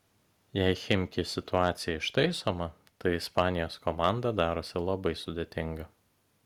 jei chimki situacija ištaisoma tai ispanijos komanda darosi labai sudėtinga